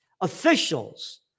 Officials